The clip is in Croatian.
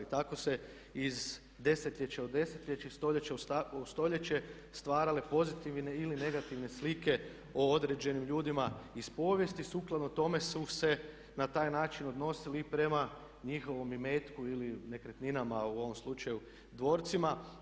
Tako se iz desetljeća u desetljeća, stoljeća u stoljeće stvarale pozitivne ili negativne slike o određenim ljudima iz povijesti sukladno tome su se na taj način odnosili i prema njihovom imetku ili nekretninama u ovom slučaju dvorcima.